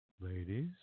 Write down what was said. ladies